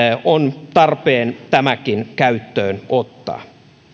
on tarpeen tämäkin ottaa käyttöön